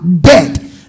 dead